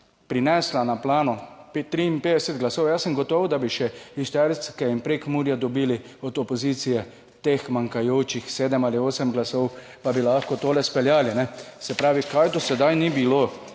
prinesla na plano 53 glasov, jaz sem gotov, da bi še iz Štajerske in Prekmurja dobili od opozicije teh manjkajočih sedem ali osem glasov, pa bi lahko to speljali, se pravi, kar do sedaj ni bilo.